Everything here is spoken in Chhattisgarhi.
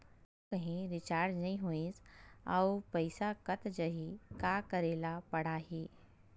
आऊ कहीं रिचार्ज नई होइस आऊ पईसा कत जहीं का करेला पढाही?